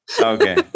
Okay